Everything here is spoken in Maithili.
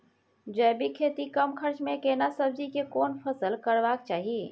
जैविक खेती कम खर्च में केना सब्जी के कोन फसल करबाक चाही?